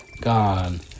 gone